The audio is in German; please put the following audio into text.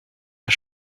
der